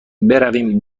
برویم